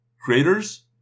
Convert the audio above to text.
Creators